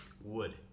wood